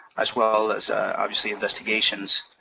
as well as obviously investigations.